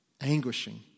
Anguishing